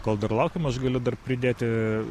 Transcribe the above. kol dar laukiam aš galiu dar pridėti